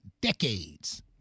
decades